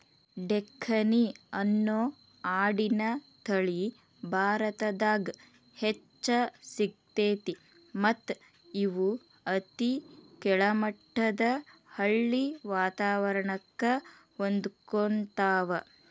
ಡೆಕ್ಕನಿ ಅನ್ನೋ ಆಡಿನ ತಳಿ ಭಾರತದಾಗ್ ಹೆಚ್ಚ್ ಸಿಗ್ತೇತಿ ಮತ್ತ್ ಇವು ಅತಿ ಕೆಳಮಟ್ಟದ ಹಳ್ಳಿ ವಾತವರಣಕ್ಕ ಹೊಂದ್ಕೊತಾವ